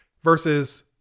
Versus